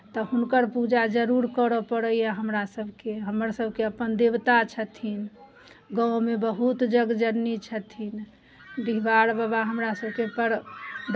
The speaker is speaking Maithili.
तऽ हुनकर पूजा जरूर करय पड़ैए हमरासभके हमरसभके अपन देवता छथिन गाममे बहुत जगजननी छथिन डिहबार बाबा हमरा सभके बड़